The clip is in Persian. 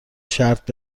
شرط